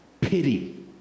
pity